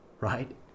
right